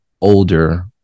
older